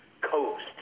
Coast